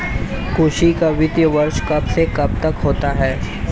कृषि का वित्तीय वर्ष कब से कब तक होता है?